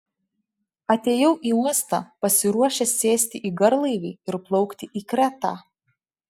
atėjau į uostą pasiruošęs sėsti į garlaivį ir plaukti į kretą